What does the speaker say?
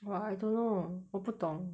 !wah! I don't know 我不懂